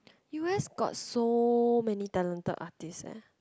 u_s got so many talented artist eh